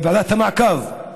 ועדת המעקב,